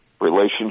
relationship